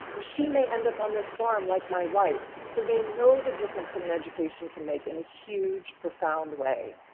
and she may end up on this farm like my wife. so they know the difference that an education can make in a huge, profound way.